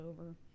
over